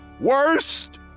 worst